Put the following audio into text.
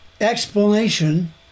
explanation